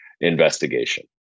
investigation